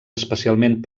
especialment